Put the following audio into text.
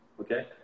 okay